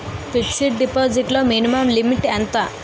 Fixed deposit లో minimum limit ఎంత?